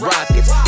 Rockets